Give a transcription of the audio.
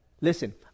Listen